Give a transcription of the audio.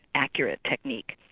accurate technique.